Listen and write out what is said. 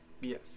Yes